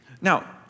now